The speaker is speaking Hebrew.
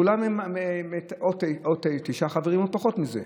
כולם מונות או תשעה חברים או פחות מזה.